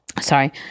Sorry